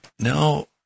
Now